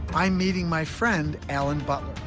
i'm meeting my friend alan butler,